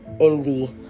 envy